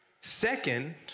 Second